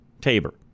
TABOR